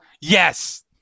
Yes